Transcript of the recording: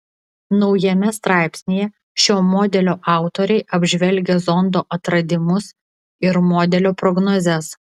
naujame straipsnyje šio modelio autoriai apžvelgia zondo atradimus ir modelio prognozes